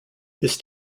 his